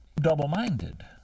double-minded